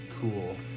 Cool